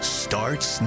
starts